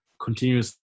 continuously